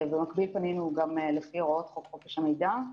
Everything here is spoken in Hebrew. במקביל פנינו גם לפי הוראות חוק חופש המידע.